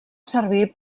servir